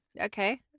okay